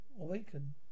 awaken